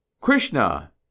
Krishna